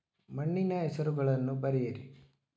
ಮಣ್ಣಿನ ಹೆಸರುಗಳನ್ನು ಬರೆಯಿರಿ